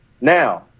Now